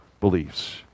beliefs